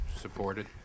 supported